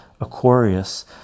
Aquarius